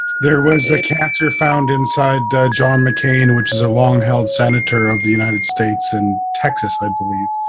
there was a cancer found inside the. john mccain, which is a long held senator of the united states, in texas i believe.